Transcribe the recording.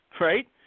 Right